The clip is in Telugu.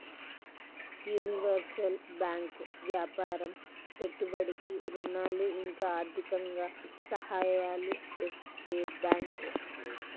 యూనివర్సల్ బ్యాంకు వ్యాపారం పెట్టుబడికి ఋణాలు ఇంకా ఆర్థికంగా సహాయాలు చేసే బ్యాంకు